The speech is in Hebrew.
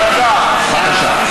בבקשה.